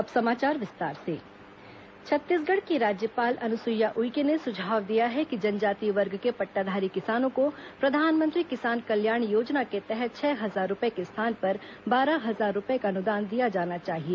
अब समाचार विस्तार से गर्वनर कॉन्फ्रेंस उप समिति बैठक छत्तीसगढ़ की राज्यपाल अनुसुईया उइके ने सुझाव दिया है कि जनजातीय वर्ग के पट्टाधारी किसानों को प्रधानमंत्री किसान कल्याण योजना के तहत छह हजार रूपये के स्थान पर बारह हजार रूपये का अनुदान दिया जाना चाहिए